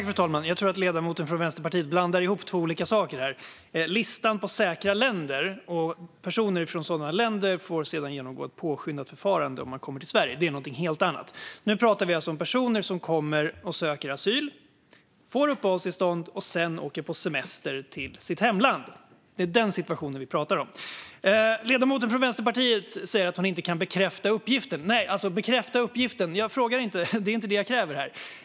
Fru talman! Jag tror att ledamoten från Vänsterpartiet blandar ihop två olika saker. Det finns en lista på säkra länder, och personer från sådana länder får sedan genomgå ett påskyndat förfarande när de kommer till Sverige. Men det är något helt annat. Nu talar vi om personer som kommer och söker asyl, får uppehållstillstånd och sedan åker på semester till sitt hemland. Det är den situationen vi talar om. Ledamoten från Vänsterpartiet säger att hon inte kan bekräfta uppgiften. Men det är inte detta jag kräver.